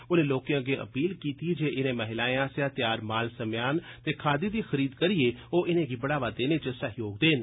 उनें लोकें अग्गें अपील कीती जे इनें महिलाएं आस्सेआ तैआर माल समेयान ते खादी दी खरीद करियै ओ इनेंगी बढ़ावा देने च सैह्योग देन